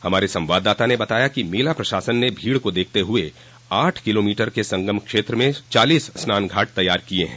हमारे संवाददाता ने बताया कि मेला प्रशासन ने भीड़ को देखते हुए आठ किलोमीटर के संगम क्षेत्र में चालीस स्नान घाट तैयार किये हैं